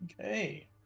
Okay